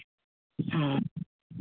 ᱦᱮᱸ